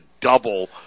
double